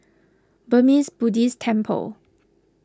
Burmese Buddhist Temple